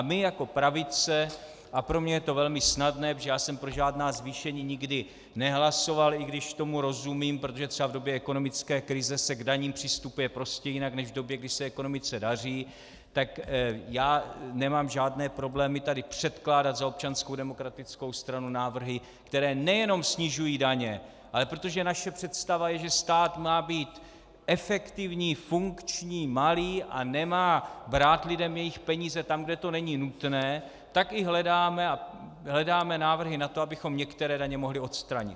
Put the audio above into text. A my jako pravice, a pro mě je to velmi snadné, protože já jsem pro žádná zvýšení nikdy nehlasoval, i když tomu rozumím, protože třeba v době ekonomické krize se k daním přistupuje prostě jinak než v době, kdy se ekonomice daří, tak já nemám žádné problémy tady předkládat za ODS návrhy, které nejenom snižují daně, ale protože naše představa je, že stát má být efektivní, funkční, malý a nemá brát lidem jejich peníze tam, kde to není nutné, tak i hledáme návrhy na to, abychom některé daně mohli odstranit.